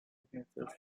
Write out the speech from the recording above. signatures